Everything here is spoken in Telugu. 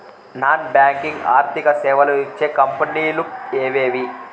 నాన్ బ్యాంకింగ్ ఆర్థిక సేవలు ఇచ్చే కంపెని లు ఎవేవి?